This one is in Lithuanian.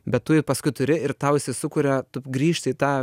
bet tu jį paskui turi ir tau jisai sukuria tu grįžti į tą